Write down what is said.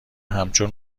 همچون